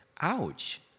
Ouch